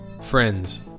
friends